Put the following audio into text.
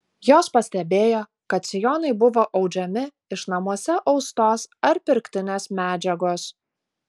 jos pastebėjo kad sijonai buvo audžiami iš namuose austos ar pirktinės medžiagos